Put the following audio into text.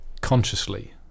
consciously